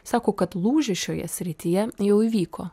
sako kad lūžis šioje srityje jau įvyko